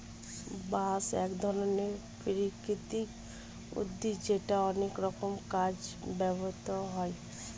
বাঁশ এক ধরনের প্রাকৃতিক উদ্ভিদ যেটা অনেক রকম কাজে ব্যবহৃত হয়